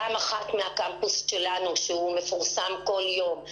פעם אחת מהקמפוס שלנו שמפורסם כל יום,